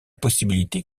possibilité